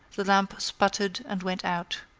the lamp sputtered and went out.